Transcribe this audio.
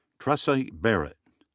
tressie barrett.